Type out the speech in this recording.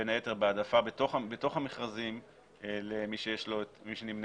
בין היתר בהעדפה בתוך המכרזים למי שנמנה